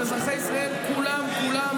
של אזרחי ישראל כולם כולם,